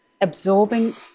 absorbing